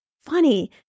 funny